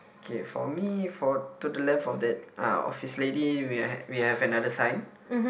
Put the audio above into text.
okay for me for to the left of that ah of this lady we have we have another sign